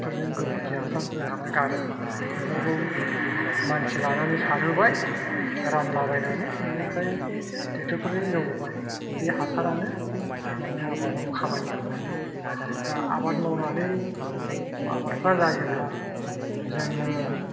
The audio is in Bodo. फोरजों गोबोरखि हासार लांना गारो बेफोरखौ मानसि लानानै सारहोबाय रानला बायनानै बेनिफ्राय ट्रेक्ट'रफोरजों एवबाय बे हासारानो माने आबादआव खामानि होबाय दा आबाद मावनानै आबादफ्रा जायोब्ला जोंनो